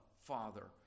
father